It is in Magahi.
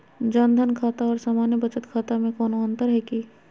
जन धन खाता और सामान्य बचत खाता में कोनो अंतर है की?